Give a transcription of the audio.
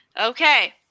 Okay